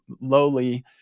lowly